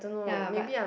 ya but